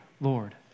Lord